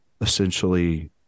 essentially